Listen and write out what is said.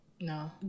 No